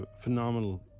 phenomenal